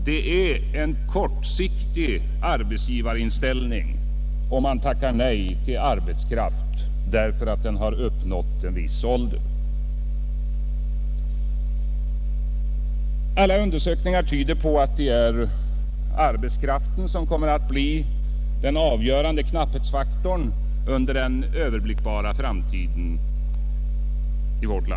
Det är en kortsiktig arbetsgivarinställning att tacka nej till arbetskraft därför att den uppnått en viss ålder. Alla undersökningar tyder på att det är arbetskraften som kommer att bli den avgörande knapphetsfaktorn i vårt land under den överblickbara framtiden.